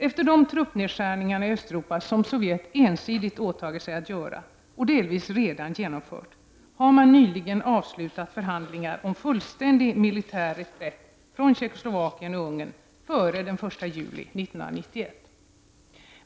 Efter de truppnedskärningar i Östeuropa som Sovjet ensidigt har åtagit sig att göra — och som man delvis redan har genomfört — har man nyligen avslutat förhandlingar om fullständig militär reträtt från Tjeckoslovakien och Ungern före den 1 juli 1991.